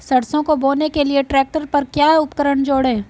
सरसों को बोने के लिये ट्रैक्टर पर क्या उपकरण जोड़ें?